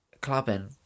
clubbing